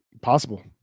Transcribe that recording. Possible